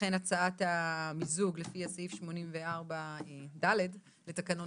הצבעה אושר הצעת המיזוג לפי סעיף 84ד לתקנון